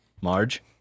Marge